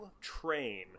train